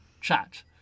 chat